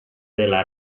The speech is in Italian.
della